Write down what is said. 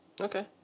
okay